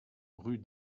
rue